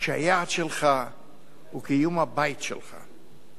כשהיעד שלך הוא קיום הבית שלך.